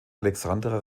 alexandra